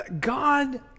God